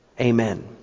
Amen